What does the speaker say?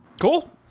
Cool